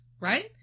right